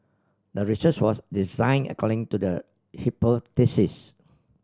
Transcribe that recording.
the research was designed according to the hypothesis